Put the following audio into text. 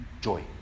Joy